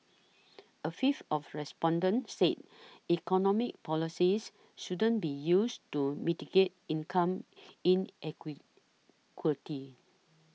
a fifth of respondents said economic policies shouldn't be used to mitigate income in